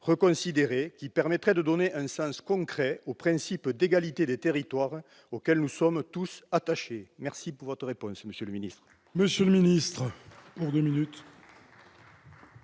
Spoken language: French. qui permettrait de donner un sens concret au principe d'égalité des territoires auquel nous sommes tous attachés ? La parole est à M. le ministre.